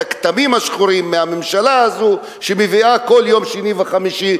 שהכתמים השחורים שהממשלה הזו מביאה כל יום שני וחמישי,